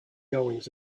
goings